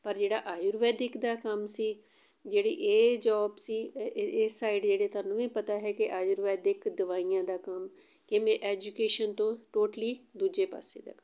ਪਰ ਜਿਹੜਾ ਆਯੁਰਵੈਦਿਕ ਦਾ ਕੰਮ ਸੀ ਜਿਹੜੀ ਇਹ ਜੋਬ ਸੀ ਇ ਇਸ ਸਾਈਡ ਜਿਹੜੇ ਤੁਹਾਨੂੰ ਵੀ ਪਤਾ ਹੈ ਕਿ ਆਯੁਰਵੈਦਿਕ ਦਵਾਈਆਂ ਦਾ ਕੰਮ ਕਿਵੇਂ ਐਜੂਕੇਸ਼ਨ ਤੋਂ ਟੋਟਲੀ ਦੂਜੇ ਪਾਸੇ ਦਾ ਕੰਮ